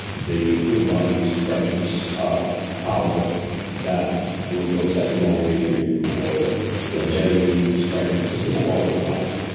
the full body expressions of power that will go such a long way for you for longevity, strength, just the quality of life.